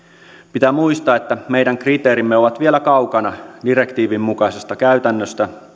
pitää muistaa että meidän kriteerimme ovat vielä kaukana direktiivin mukaisesta käytännöstä